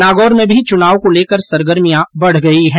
नागौर में भी चुनाव को लेकर सरगर्मिया बढ गई है